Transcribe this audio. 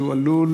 שהוא עלול,